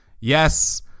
Yes